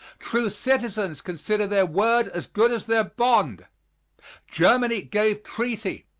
true citizens consider their word as good as their bond germany gave treaty,